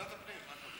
אותנו.